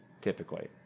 typically